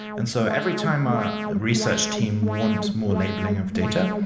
and so every time ah a research team wants more labeling of data,